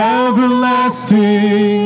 everlasting